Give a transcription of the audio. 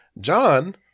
John